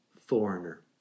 foreigner